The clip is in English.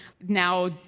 now